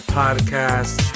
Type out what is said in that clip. podcast